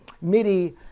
MIDI